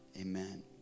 Amen